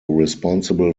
responsible